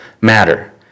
matter